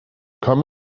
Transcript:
come